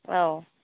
औ